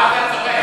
מה אתה צוחק?